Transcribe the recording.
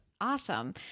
awesome